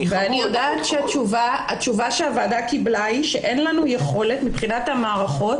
אם זה תלוי בשיתוף הפעולה אתו אנחנו נעשה כל מאמץ לשכנע אותו להעיד.